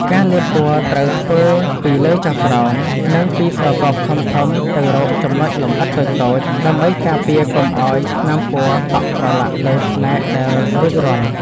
ការលាបពណ៌ត្រូវធ្វើពីលើចុះក្រោម និងពីស្រទាប់ធំៗទៅរកចំណុចលម្អិតតូចៗ ដើម្បីការពារកុំឱ្យថ្នាំពណ៌តក់ប្រឡាក់លើផ្នែកដែលរួចរាល់។